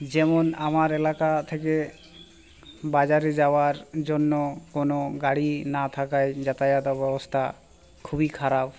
যেমন আমার এলাকা থেকে বাজারে যাওয়ার জন্য কোনো গাড়ি না থাকায় যাতায়াত ব্যবস্থা খুবই খারাপ